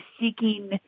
seeking